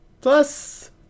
Plus